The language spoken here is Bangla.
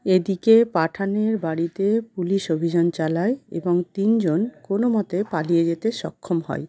এদিকে পাঠানের বাড়িতে পুলিশ অভিযান চালায় এবং তিনজন কোনো মতে পালিয়ে যেতে সক্ষম হয়